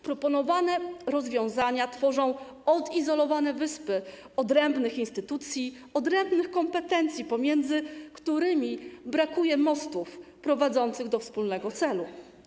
Proponowane rozwiązania tworzą odizolowane wyspy odrębnych instytucji, odrębnych kompetencji, pomiędzy którymi brakuje mostów prowadzących do wspólnego celu.